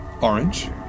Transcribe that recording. orange